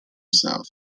south